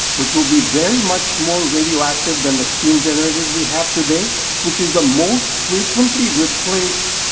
which will be very much more radioactive than the steam generators we have today, which is the most frequently replaced